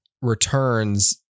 returns